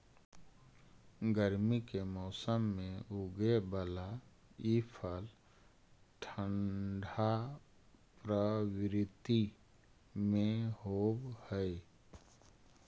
गर्मी के मौसम में उगे बला ई फल ठंढा प्रवृत्ति के होब हई